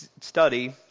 study